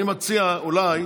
אני מציע שאולי